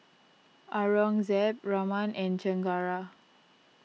Aurangzeb Raman and Chengara